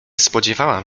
spodziewałam